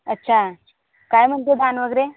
अच्छा काय म्हणतं धानं वगैरे